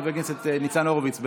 חבר הכנסת ניצן הורוביץ,